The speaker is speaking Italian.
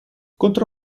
contro